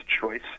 choice